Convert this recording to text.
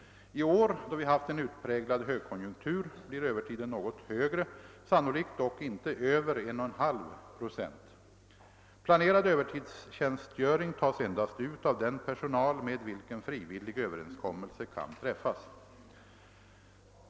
I år då vi haft en utpräglad högkonjunktur blir övertiden något högre, sannoligt dock inte över 1,5 procent. Planerad övertidstjänstgöring tas endast ut av den personal med vilken frivillig överenskommelse kan träffas.